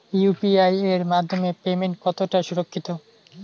UPI এর মাধ্যমে payment কতটা সুরক্ষিত?